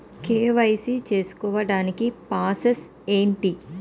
KYC చేసుకోవటానికి process ఏంటి?